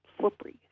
slippery